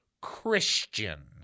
Christian